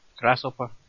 Grasshopper